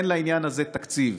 אין לעניין הזה תקציב.